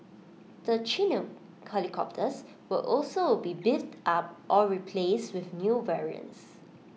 the Chinook helicopters will also be beefed up or replaced with new variants